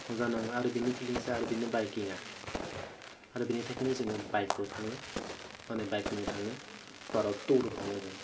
मोजां नाङो आरो बेनि फिलिंसआ आरो बेनि बाइकिङा आरो बेनि थाखायनो जोङो बाइकआव थाङो माने बाइकआव थाङो बा आर तुर थाङो जोङो